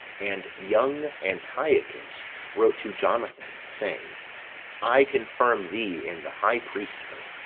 and young antiochus wrote to jonathan, saying i confirm thee in the high priesthood,